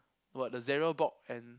what the and